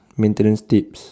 maintenance tips